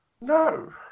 No